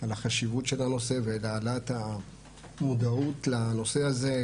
על החשיבות של הנושא והעלאת המודעות לנושא הזה,